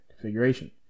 configuration